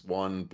one